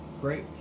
great